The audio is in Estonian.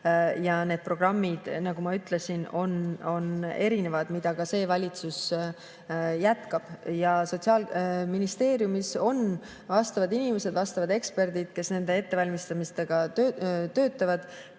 Need programmid, nagu ma ütlesin, on erinevad, mida ka see valitsus jätkab. Sotsiaalministeeriumis on vastavad inimesed, vastavad eksperdid, kes nende ettevalmistamisega töötavad.